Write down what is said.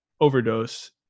overdose